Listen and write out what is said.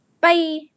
bye